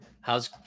how's